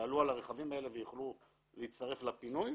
יעלו על הרכבים האלה ויוכלו להצטרף לפינוי.